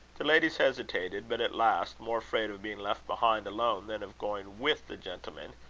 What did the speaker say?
the ladies hesitated but at last, more afraid of being left behind alone, than of going with the gentlemen,